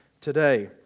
today